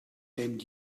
and